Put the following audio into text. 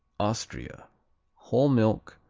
austria whole milk.